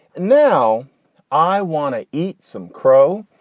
now i want to eat some crow.